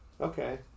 Okay